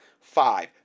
Five